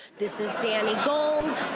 this is danny gold.